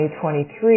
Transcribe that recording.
2023